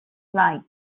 light